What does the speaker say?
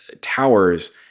towers